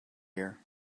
air